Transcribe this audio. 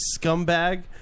scumbag